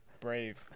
Brave